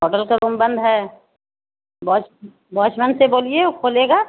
hotel کا room بند ہے باچ باچ مین سے بولیے وہ کھولے گا